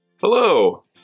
Hello